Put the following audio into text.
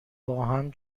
باهم